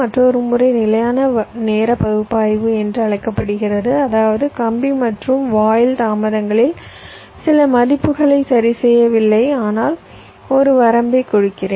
மற்றொரு முறை நிலையான நேர பகுப்பாய்வு என்றும் அழைக்கப்படுகிறது அதாவது கம்பி மற்றும் வாயில் தாமதங்களில் சில மதிப்புகளை சரிசெய்யவில்லை ஆனால் ஒரு வரம்பைக் கொடுக்கிறேன்